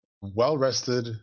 well-rested